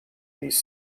these